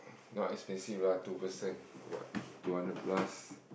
not expensive lah two person what two hundred plus